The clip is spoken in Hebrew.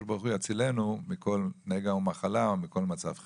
ברוך הוא יצילנו מכל נגע ומחלה ומכל מצב חירום.